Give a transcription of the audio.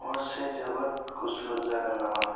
हरसे जोबोद गुसु जागोन नामा